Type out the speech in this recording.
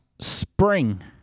Spring